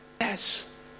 Yes